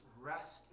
rest